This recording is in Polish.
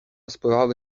spływały